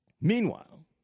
meanwhile